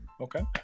okay